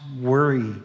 worry